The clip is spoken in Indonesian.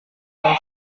dan